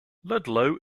ludlow